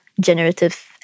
generative